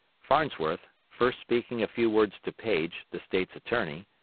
farnsworth, first speaking a few words to paige, the state's attorney,